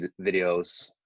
videos